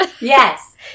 Yes